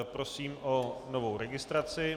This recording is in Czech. Prosím o novou registraci.